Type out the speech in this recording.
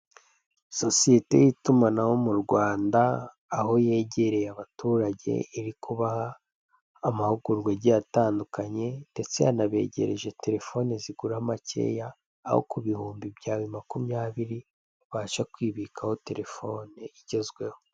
Sosiyete y'itumanaho mu Rwanda, aho yegereye abaturage, iri kubaha amahugurwa agiye atandukanye. Ndetse yanabegereje telefoni zigura makeya, aho ku bihumbi byawe makumyabiri ubasha kwibikaho telefoni igezweho.